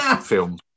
film